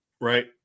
Right